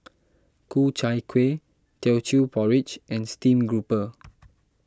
Ku Chai Kueh Teochew Porridge and Stream Grouper